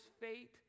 fate